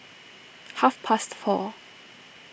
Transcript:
half past four